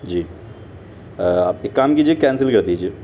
جی آپ ایک کام کیجیے کینسل کر دیجیے